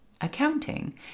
accounting